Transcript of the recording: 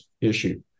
issue